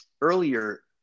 Earlier